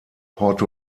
port